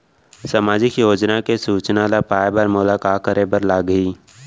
सामाजिक योजना के सूचना ल पाए बर मोला का करे बर लागही?